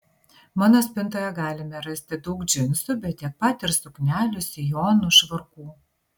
mano spintoje galime rasti daug džinsų bet tiek pat ir suknelių sijonų švarkų